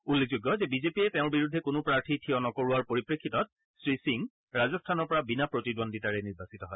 উল্লেখযোগ্য যে বিজেপিয়ে তেওঁৰ বিৰুদ্ধে কোনো প্ৰাৰ্থী থিয় নকৰোৱাৰ পৰিপ্ৰেফিতত শ্ৰীসিং ৰাজস্থানৰ পৰা বিনা প্ৰতিদ্বন্দ্বিতাৰে নিৰ্বাচিত হয়